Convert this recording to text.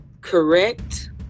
correct